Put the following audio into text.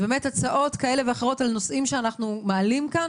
הצעות כאלה ואחרות לנושאים שאנחנו מעלים כאן,